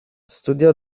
studiò